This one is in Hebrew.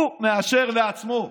הוא מאשר לעצמו.